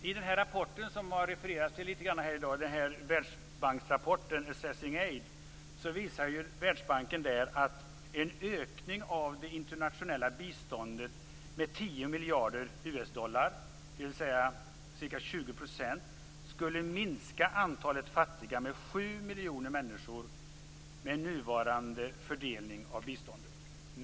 I den rapport från Världsbanken, Assessing Aid, som det har refererats till lite grann i dag framgår att en ökning av det internationella biståndet med 10 miljarder amerikanska dollar, dvs. ca 20 %, skulle minska antalet fattiga människor med sju miljoner med nuvarande fördelning av biståndet.